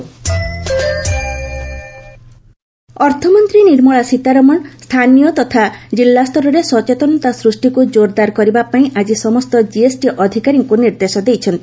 FM GST ଅର୍ଥମନ୍ତ୍ରୀ ନିର୍ମଳା ସୀତାରମଣ ସ୍ଥାନୀୟ ତଥା କିଲ୍ଲାସ୍ତରରେ ସଚେତନତା ସୃଷ୍ଟିକୁ ଜୋରଦାର କରିବା ପାଇଁ ଆଜି ସମସ୍ତ ଜିଏସ୍ଟି ଅଧିକାରୀଙ୍କୁ ନିର୍ଦ୍ଦେଶ ଦେଇଛନ୍ତି